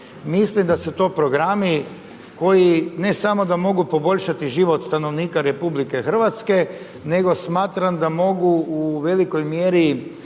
mislim da su to programi, koji ne samo da mogu poboljšati život RH, nego smatram da mogu u velikoj mjeri,